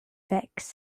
fix